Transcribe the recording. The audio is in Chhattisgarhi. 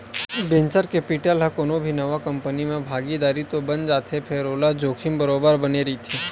वेंचर केपिटल ह कोनो भी नवा कंपनी म भागीदार तो बन जाथे फेर ओला जोखिम बरोबर बने रहिथे